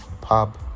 pub